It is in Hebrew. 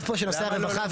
נושא הרווחה,